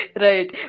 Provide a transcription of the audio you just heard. Right